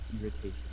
irritation